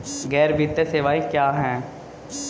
गैर वित्तीय सेवाएं क्या हैं?